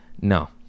no